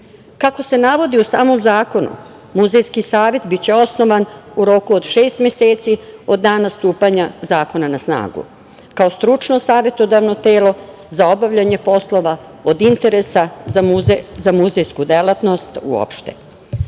Kako se navodi u samom zakonu Muzejski savet biće osnovan u roku od šest meseci od dana stupanja zakona na snagu, kao stručno savetodavno telo za obavljanje poslova od interesa za muzejsku delatnost uopšte.U